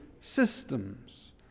systems